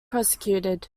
prosecuted